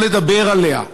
לא לדבר עליה.